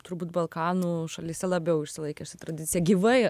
turbūt balkanų šalyse labiau išsilaikė ši tradicija gyvai